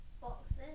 Boxes